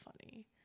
funny